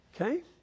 Okay